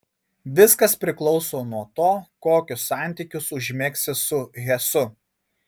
viskas priklauso nuo to kokius santykius užmegsi su hesu